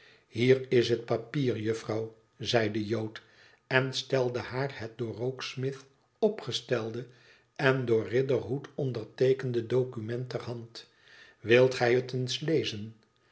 hier is het papier juffrouw zei de jood en stelde haar het door rokesmith opgestelde en door riderhood onderteekende document ter hand t wilt gij het eens lezen